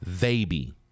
baby